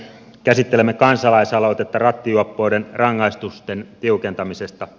käsittelemme kansalaisaloitetta rattijuoppouden rangaistusten tiukentamisesta